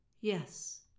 Yes